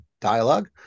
dialogue